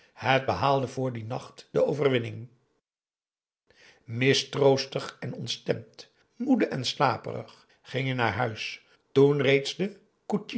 het behaalde voor dien nacht de overwinning mistroostig en ontstemd moede en slaperig ging hij naar huis toen reeds de